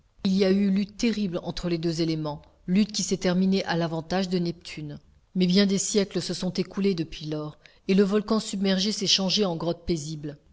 il y a eu lutte terrible entre les deux éléments lutte qui s'est terminée à l'avantage de neptune mais bien des siècles se sont écoulés depuis lors et le volcan submergé s'est changé en grotte paisible